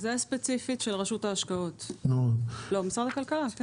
זו ספציפית אחריות של רשות ההשקעות של משרד הכלכלה.